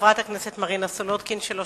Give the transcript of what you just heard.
חברת הכנסת מרינה סולודקין, בבקשה.